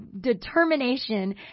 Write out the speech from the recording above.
determination